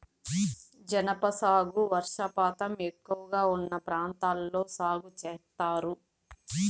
జనప సాగు వర్షపాతం ఎక్కువగా ఉన్న ప్రాంతాల్లో సాగు చేత్తారు